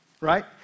Right